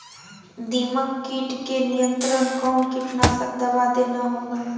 दीमक किट के नियंत्रण कौन कीटनाशक दवा देना होगा?